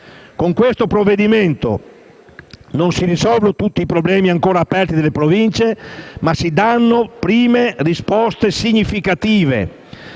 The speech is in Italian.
Con il provvedimento in esame non si risolvono tutti i problemi ancora aperti delle Province, ma si danno prime risposte significative